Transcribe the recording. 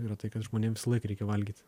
yra tai kad žmonėm visąlaik reikia valgyti